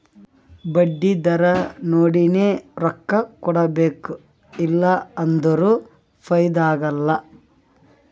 ಬಡ್ಡಿ ದರಾ ನೋಡಿನೆ ರೊಕ್ಕಾ ಇಡಬೇಕು ಇಲ್ಲಾ ಅಂದುರ್ ಫೈದಾ ಆಗಲ್ಲ